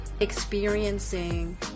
experiencing